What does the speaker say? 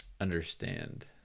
understand